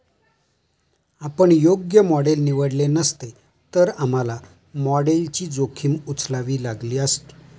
आपण योग्य मॉडेल निवडले नसते, तर आम्हाला मॉडेलची जोखीम उचलावी लागली असती